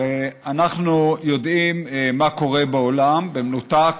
הרי אנחנו יודעים מה קורה בעולם, במנותק